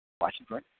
Washington